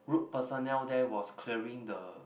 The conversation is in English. road personnel there was clearing the